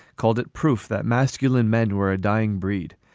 called it proof that masculine men were a dying breed.